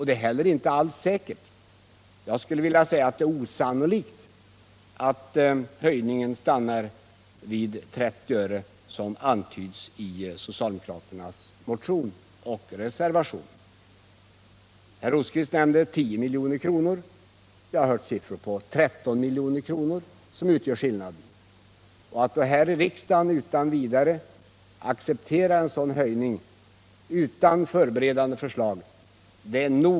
Det är inte heller säkert, utan snarare osannolikt, att höjningen stannar vid 30 öre, som antyds i socialdemokraternas motion och reservation. Herr Rosqvist nämnde att skillnaden skulle utgöra 10 milj.kr. och jag har hört siffran 13 milj.kr. Det är nog så äventyrligt att här i kammaren utan vidare acceptera en sådan höjning utan förberedande förslag.